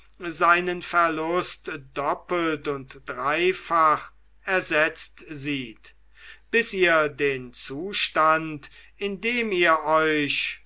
seinen verlust doppelt und dreifach ersetzt sieht bis ihr den zustand in dem ihr euch